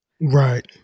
Right